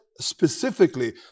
specifically